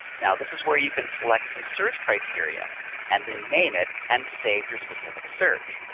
now this is where you can select some search criteria and then name it and save your specific search.